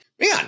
man